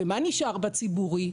ומה נשאר בציבורי?